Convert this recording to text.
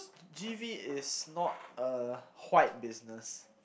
G_V is not a white business